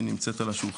היא נמצאת על השולחן,